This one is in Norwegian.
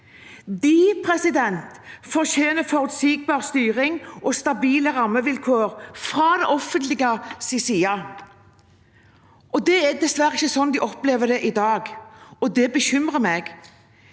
endrer seg. De fortjener forutsigbar styring og stabile rammevilkår fra det offentliges side. Det er dessverre ikke slik de opplever det i dag, og det bekymrer meg.